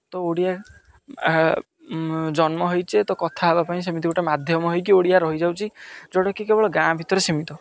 ତ ଓଡ଼ିଆ ଜନ୍ମ ହେଇଛେ ତ କଥା ହେବା ପାଇଁ ସେମିତି ଗୋଟେ ମାଧ୍ୟମ ହୋଇକି ଓଡ଼ିଆ ରହିଯାଉଛି ଯେଉଁଟାକି କେବଳ ଗାଁ ଭିତରେ ସୀମିତ